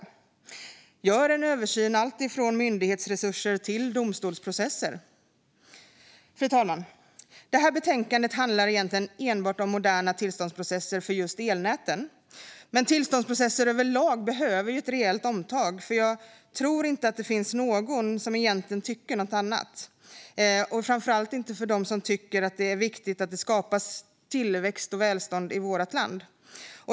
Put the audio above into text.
Vi vill göra en översyn av allt från myndighetsresurser till domstolsprocesser. Fru talman! Detta betänkande handlar egentligen enbart om moderna tillståndsprocesser för just elnäten. Tillståndsprocesser överlag behöver dock ett rejält omtag. Jag tror inte att det finns någon som egentligen tycker något annat, speciellt inte om man tycker att det är viktigt att det skapas tillväxt och välstånd i vårt land.